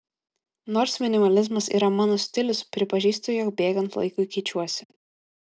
nors minimalizmas yra mano stilius pripažįstu jog bėgant laikui keičiuosi